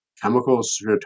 chemicals